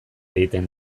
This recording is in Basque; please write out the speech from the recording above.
egiten